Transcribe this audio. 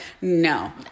No